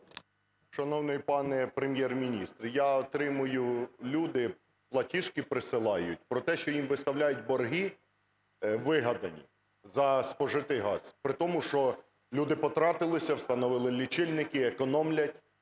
Шановний пане Прем’єр-міністр, я отримую, люди платіжки присилають про те, що їм виставляють борги вигадані за спожитий газ при тому, що люди потратилися, встановили лічильники, економлять: